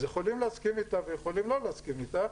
אז יכולים להסכים איתה ויכולים לא להסכים איתה,